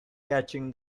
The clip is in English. catching